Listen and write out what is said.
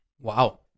Wow